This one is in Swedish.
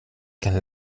kan